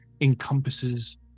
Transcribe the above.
encompasses